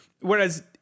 Whereas